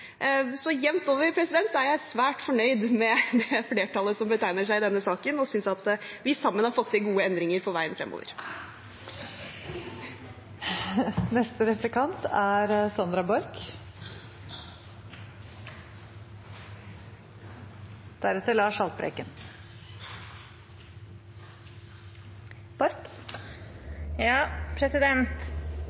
Så jevnt over er jeg svært fornøyd med det flertallet som tegner seg i denne saken, og jeg synes at vi sammen har fått til gode endringer for veien fremover. I dag er